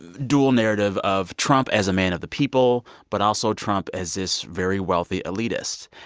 dual narrative of trump as a man of the people but also trump as this very wealthy elitist.